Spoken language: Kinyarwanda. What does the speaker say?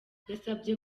yasabye